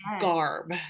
garb